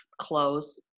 clothes